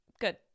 Good